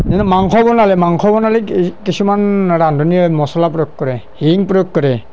যেনে মাংস বনালে মাংস বনালে কি কিছুমান ৰান্ধনীয়ে মচলা প্ৰয়োগ কৰে হিং প্ৰয়োগ কৰে